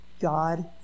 God